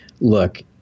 look